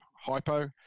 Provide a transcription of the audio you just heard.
hypo